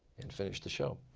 and finished to show.